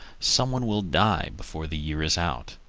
some one will die before the year is out.